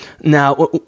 now